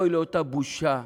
אוי לאותה בושה,